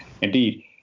Indeed